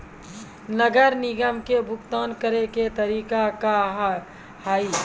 नगर निगम के भुगतान करे के तरीका का हाव हाई?